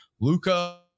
luca